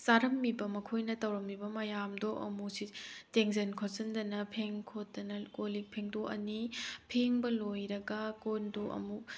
ꯆꯥꯔꯝꯂꯤꯕ ꯃꯈꯣꯏꯅ ꯇꯧꯔꯝꯂꯤꯕ ꯃꯌꯥꯝꯗꯣ ꯑꯃꯨꯛ ꯇꯦꯡꯖꯤꯟ ꯈꯣꯠꯆꯤꯟꯗꯅ ꯐꯦꯡ ꯈꯣꯠꯇꯅ ꯀꯣꯟꯂꯤꯛ ꯐꯦꯡꯗꯣꯛꯑꯅꯤ ꯐꯦꯡꯕ ꯂꯣꯏꯔꯒ ꯀꯣꯟꯗꯨ ꯑꯃꯨꯛ